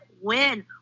win